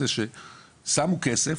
זה ששמו כסף